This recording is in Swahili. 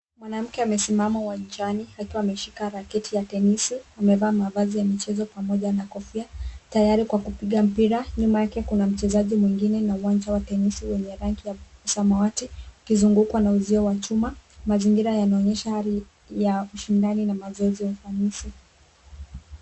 Mwanamke amesimama uwanjani akiwa ameshika raketi ya tenisi, amevaa mavzi ya michezo pamoja na kofia tayari kwa kupiga mpira. Nyuma yake kuna mchezaji mwingine na uwanja wa tenisi wenye rangi ya samawati ikizungukwa na uzio wa chuma. Mazingira yanaonyesha hali ya ushindani na mazoezi ya ufanisi.